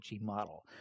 model